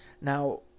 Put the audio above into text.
Now